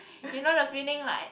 you know the feeling like